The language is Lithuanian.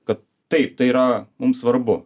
kad taip tai yra mums svarbu